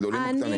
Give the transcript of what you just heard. גדולים או קטנים,